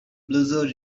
blizzard